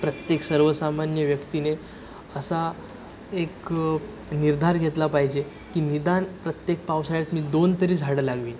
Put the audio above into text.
प्रत्येक सर्वसामान्य व्यक्तीने असा एक निर्धार घेतला पाहिजे की निदान प्रत्येक पावसाळ्यात मी दोन तरी झाडं लावीन